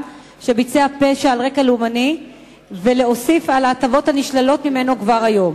שביצע פשע על רקע לאומני ולהוסיף על ההטבות הנשללות ממנו כבר היום.